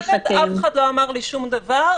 --- אף אחד לא אמר לי שום דבר,